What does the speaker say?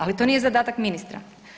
Ali to nije zadatak ministra.